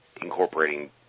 incorporating